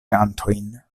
kantojn